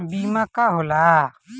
बीमा का होला?